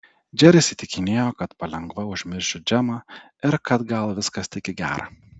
džeris įtikinėjo kad palengva užmiršiu džemą ir kad gal viskas tik į gera